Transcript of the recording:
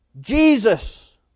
Jesus